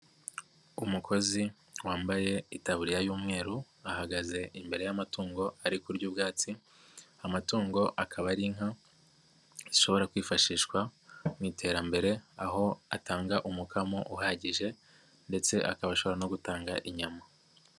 Umukozi wambaye itaburiya y'umweru ahagaze imbere y'amatungo ari kurya ubwatsi, amatungo akaba ari inka ishobora kwifashishwa mu iterambere aho atanga umukamo uhagije ndetse akaba ashobora no gutanga inyama.